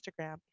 Instagram